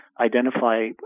identify